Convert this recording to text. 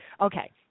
Okay